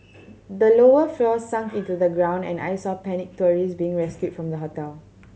the lower floors sunk into the ground and I saw panicked tourist being rescued from the hotel